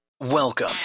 Welcome